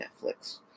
Netflix